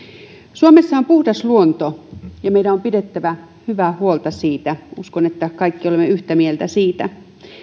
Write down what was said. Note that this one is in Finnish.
suomessa on puhdas luonto ja meidän on pidettävä hyvää huolta siitä uskon että kaikki olemme yhtä mieltä siitä